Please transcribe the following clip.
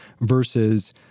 versus